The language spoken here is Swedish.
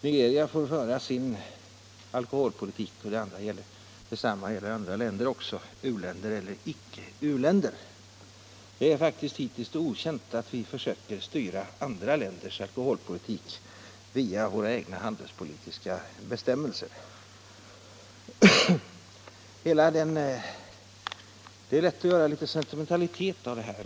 Nigeria får föra sin alkoholpolitik, och detsamma gäller andra länder, vare sig det är fråga om u-länder eller icke u-länder. Det är faktiskt hittills okänt att vi försöker styra andra länders alkoholpolitik via våra handelspolitiska bestämmelser. Det är lätt att göra litet sentimentalitet av detta.